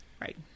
Right